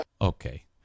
Okay